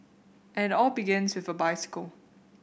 and all begins with a bicycle